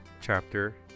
chapter